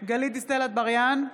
גלית דיסטל אטבריאן,